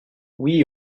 oui